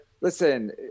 listen